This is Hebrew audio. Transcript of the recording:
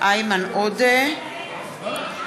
אבל הוא מקוזז.